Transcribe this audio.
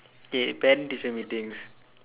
K but then they sell me things